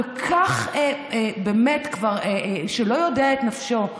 שכל כך באמת לא יודע את נפשו,